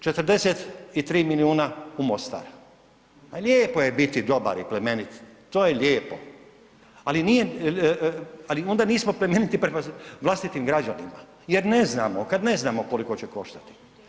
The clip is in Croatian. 43 milijuna u Mostar, pa lijepo je biti dobar i plemenit to je lijepo, ali onda nismo plemeniti prema vlastitim građanima jer ne znamo kada ne znamo koliko će koštati.